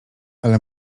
ale